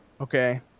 okay